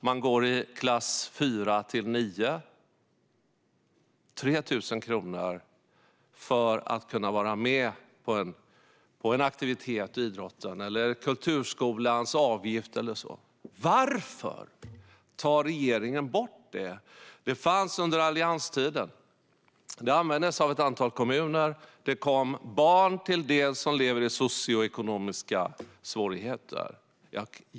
De fick fritidspeng för att kunna vara med på en aktivitet: idrott, kulturskola eller liknande. Varför tar regeringen bort detta? Fritidspeng fanns under allianstiden. Det användes av ett antal kommuner. Fritidspengen kom barn som lever i socioekonomiska svårigheter till del.